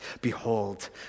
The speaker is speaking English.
Behold